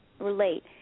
relate